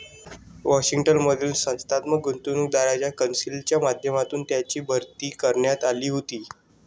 Washington मधील संस्थात्मक गुंतवणूकदारांच्या कौन्सिलच्या माध्यमातून त्यांची भरती करण्यात आली होती